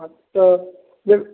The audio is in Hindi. हाँ तो जब